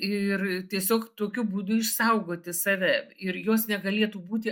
ir tiesiog tokiu būdu išsaugoti save ir jos negalėtų būti